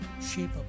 shape